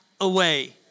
away